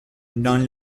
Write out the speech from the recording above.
dans